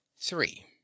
three